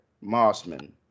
Mossman